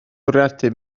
bwriadu